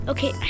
Okay